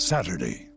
Saturday